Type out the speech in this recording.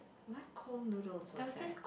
what cold noodles was that